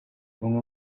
bamwe